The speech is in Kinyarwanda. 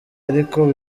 ariko